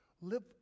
live